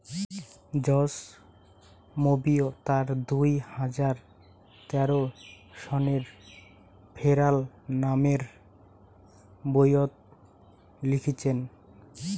George Monbiot তার দুই হাজার তেরো সনের ফেরাল নামের বইয়ত লিখিচেন